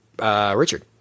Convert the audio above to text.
Richard